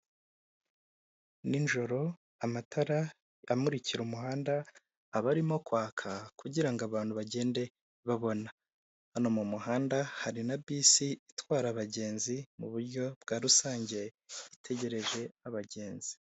Nijoro amatara amurikira umuhanda aba arimo kwaka, kugira ngo abantu bagende babona, hano mu muhanda hari na bisi itwara abagenzi mu buryo bwarusange itegereje abagenzi.